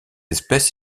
espèce